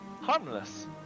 Harmless